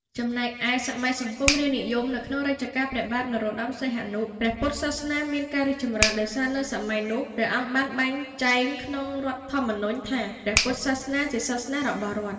ចំណែកឯ សម័យសង្គមរាស្ត្រនិយម នៅក្នុងរជ្ជកាលព្រះបាទនរោត្តមសីហនុ ព្រះពុទ្ធសាសនាមានការរីកចម្រើន ដោយសារនៅសម័យនោះ ព្រះអង្គបានចែងក្នុងរដ្ឋធម្មនុញ្ញ ថា "ព្រះពុទ្ធសាសនាជាសាសនារបស់រដ្ឋ" ។